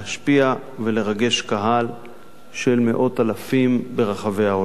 להשפיע ולרגש קהל של מאות אלפים ברחבי העולם.